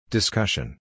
Discussion